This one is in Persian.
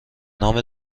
نام